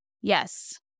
Yes